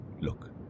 Look